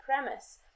premise